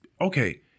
okay